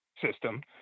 system